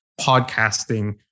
podcasting